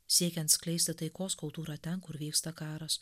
siekiant skleisti taikos kultūrą ten kur vyksta karas